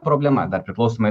problema dar priklausmai